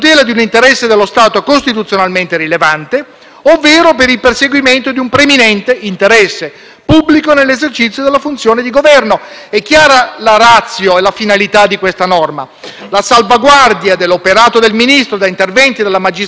pubblico nell'esercizio della funzione di Governo. Sono chiare la *ratio* e la finalità di questa norma: la salvaguardia dell'operato del Ministro da interventi della magistratura penale quando l'operato del Ministro sia stato determinato da esigenze eccezionali.